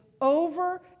over